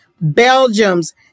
Belgium's